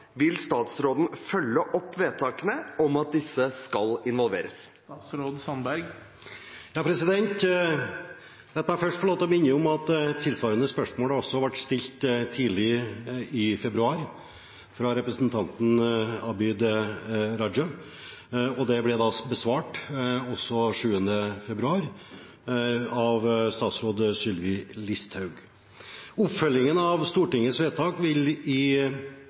vil statsråden følge opp vedtakene om at disse skal involveres?» La meg først få lov til å minne om at et tilsvarende spørsmål også ble stilt tidlig i februar, fra representanten Abid Q. Raja, og det ble da besvart den 7. februar av tidligere statsråd Sylvi Listhaug. Oppfølgingen av Stortingets vedtak vil i